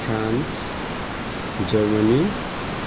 France Germany